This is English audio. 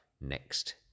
next